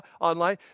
online